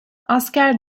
asker